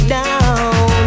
down